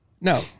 No